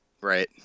right